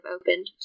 opened